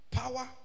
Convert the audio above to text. power